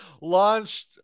launched